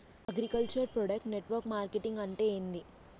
Agriculture product network marketing అంటే ఏంది?